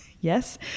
Yes